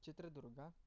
Chitradurga